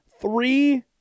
three